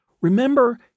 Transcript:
Remember